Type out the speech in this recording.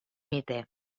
mite